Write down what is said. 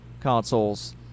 consoles